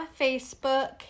Facebook